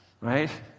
right